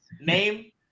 name